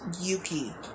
Yuki